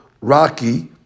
rocky